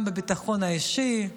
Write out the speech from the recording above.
גם בביטחון האישי,